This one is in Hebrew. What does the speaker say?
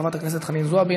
חברת הכנסת חנין זועבי,